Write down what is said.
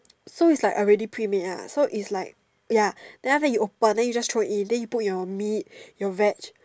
so it's like already pre made ah so it's like ya then after that you open then you just throw it in then you put your meat your veg